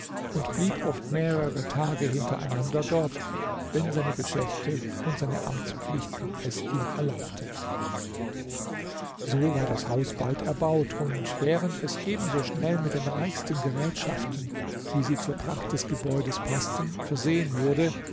und blieb oft mehrere tage hintereinander dort wenn seine geschäfte und seine amtspflichten es ihm erlaubten so war das haus bald erbaut und während es ebenso schnell mit den reichsten gerätschaften wie sie zur pracht des gebäudes paßten versehen wurde